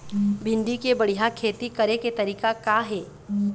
भिंडी के बढ़िया खेती करे के तरीका का हे?